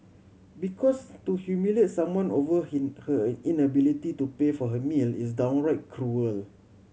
because to humiliate someone over him her inability to pay for her meal is downright cruel